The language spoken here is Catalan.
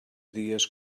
dies